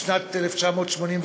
בשנת 1983,